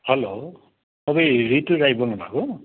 हलो तपाईँ रितु राई बोल्नुभएको